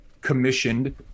commissioned